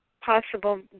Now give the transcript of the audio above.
possible